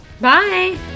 Bye